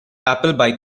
appleby